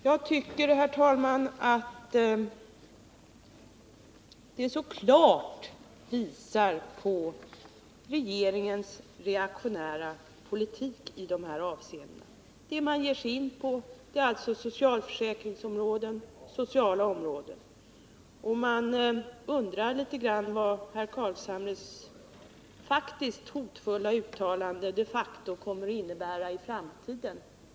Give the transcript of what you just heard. Jag tycker, herr talman, att detta klart visar regeringens reaktionära politik i dessa avseenden. Vad man ger sig in på är alltså det sociala området. Man undrar litet grand vad herr Carlshamres egentligen hotfulla uttalande de facto kommer att innebära i framtiden.